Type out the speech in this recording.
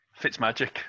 Fitzmagic